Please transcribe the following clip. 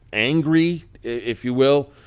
angry, if you will,